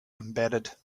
embedded